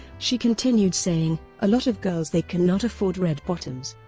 she continued saying a lot of girls they can not afford red bottoms,